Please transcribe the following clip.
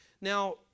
Now